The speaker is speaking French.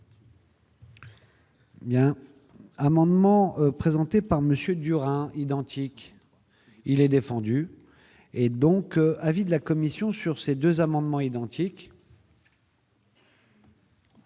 Bien amendement présenté par Monsieur Durand identique, il est défendu et donc avis de la Commission sur ces 2 amendements identiques.